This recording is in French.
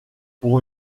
pour